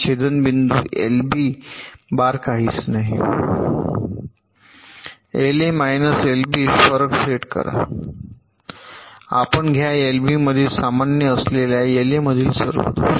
छेदनबिंदू LB bar काहीच नाही एलए मायनस एलबी फरक सेट करा आपण घ्या एलबी मध्ये सामान्य असलेल्या एलए मधील सर्व दोष